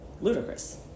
ludicrous